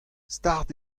start